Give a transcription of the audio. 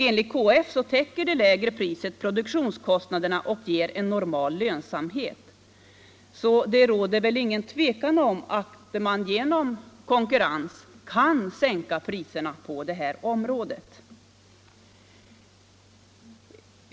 Enligt KF täcker det lägre priset produktionskostnaderna och ger en normal lönsamhet, så det råder väl inget tvivel om att man genom konkurrens kan sänka priserna på det här området.